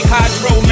Hydro